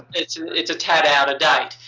it's it's a tad out of date.